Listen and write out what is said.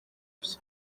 ibyo